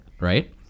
right